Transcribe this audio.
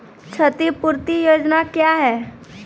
क्षतिपूरती योजना क्या हैं?